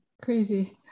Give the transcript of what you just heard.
crazy